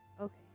okay